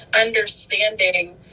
understanding